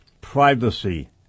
Privacy